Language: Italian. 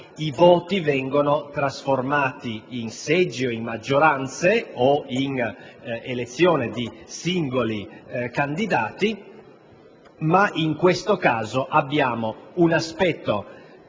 i voti vengono trasformati in seggi o in maggioranze o in elezione di singoli candidati: in questo caso si tratta di un aspetto